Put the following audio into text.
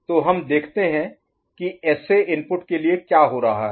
तो हम देखते हैं कि SA इनपुट के लिए क्या हो रहा है